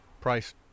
price